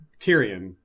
Tyrion